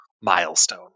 milestone